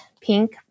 Pink